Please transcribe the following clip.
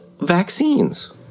vaccines